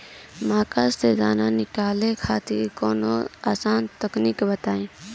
मक्का से दाना निकाले खातिर कवनो आसान तकनीक बताईं?